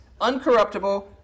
uncorruptible